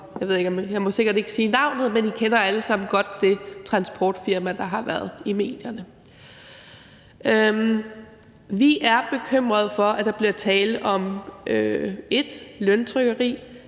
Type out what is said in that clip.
jeg må sikkert ikke sige navnet, men I kender det alle sammen godt – det transportfirma, der har været i medierne. Vi er bekymrede for, at der bliver tale om 1) løntrykkeri,